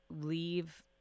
leave